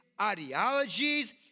ideologies